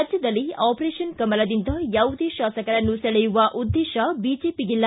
ರಾಜ್ಯದಲ್ಲಿ ಆಪರೇಷನ್ ಕಮಲದಿಂದ ಯಾವುದೇ ಶಾಸಕರನ್ನು ಸೆಳೆಯುವ ಉದ್ದೇಶ ಬಿಜೆಪಿಗೆ ಇಲ್ಲ